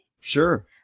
Sure